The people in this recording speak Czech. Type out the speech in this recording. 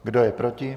Kdo je proti?